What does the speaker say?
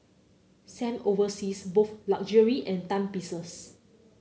Sam oversees both luxury and timepieces